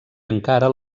encara